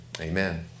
Amen